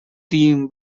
team